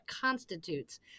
constitutes